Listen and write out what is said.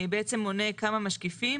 בעצם מונה כמה משקיפים.